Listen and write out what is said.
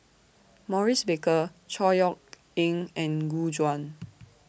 Maurice Baker Chor Yeok Eng and Gu Juan